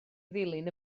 ddilyn